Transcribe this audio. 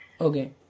okay